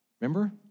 Remember